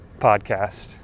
podcast